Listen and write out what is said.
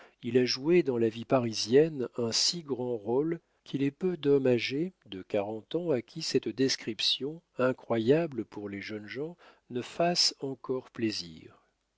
il a joué dans la vie parisienne un si grand rôle qu'il est peu d'hommes âgés de quarante ans à qui cette description incroyable pour les jeunes gens ne fasse encore plaisir